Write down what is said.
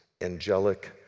angelic